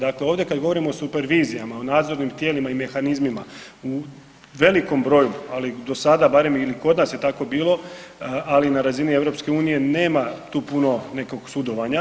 Dakle, ovdje kad govorimo o supervizijama o nadzornim tijelima i mehanizmima u velikom broju, ali do sada barem ili kod nas je tako bilo, ali i na razini EU nema tu puno nekog sudovanja.